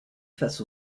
face